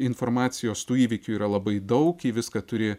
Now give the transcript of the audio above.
informacijos tų įvykių yra labai daug į viską turi